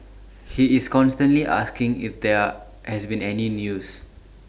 he is constantly asking if there has been any news